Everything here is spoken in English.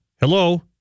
Hello